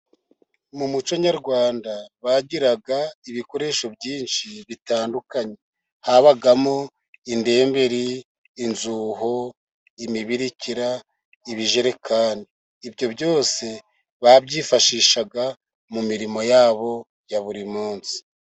Mu muco nyarwanda bagiraga ibikoresho byinshi bitandukanye, habamo indembe, inzuho, imibirikira, ibijerekani, ibyo byose babyifashishaga mu mirimo yabo ya buri munsi.